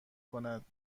کند